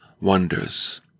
wonders